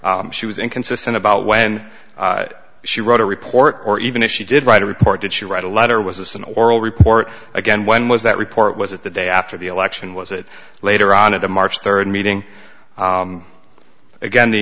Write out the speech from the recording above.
she was inconsistent about when she wrote a report or even if she did write a report did she write a letter was an oral report again when was that report was it the day after the election was it later on it on march third meeting again the